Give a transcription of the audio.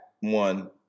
one